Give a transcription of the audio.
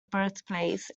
birthplace